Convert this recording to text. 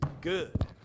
good